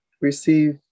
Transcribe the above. receive